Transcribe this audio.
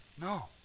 No